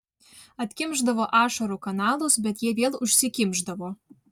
atkimšdavo ašarų kanalus bet jie vėl užsikimšdavo